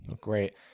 Great